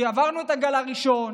כי עברנו את הגל הראשון,